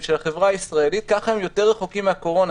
של החברה הישראלית כך הם יותר רחוקים מן הקורונה,